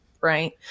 right